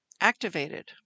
activated